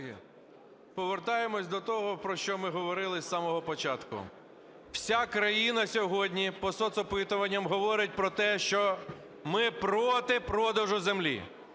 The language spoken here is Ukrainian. Колеги, повертаємося до того, про що ми говорили з самого початку. Вся країна сьогодні по соцопитуванням говорить про те, що ми проти продажу землі.